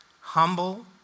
humble